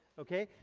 okay?